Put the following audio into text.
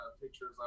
pictures